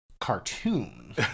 cartoon